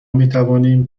میتوانیم